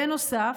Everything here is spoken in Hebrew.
בנוסף,